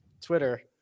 Twitter